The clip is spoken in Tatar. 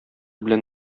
белән